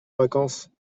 vacances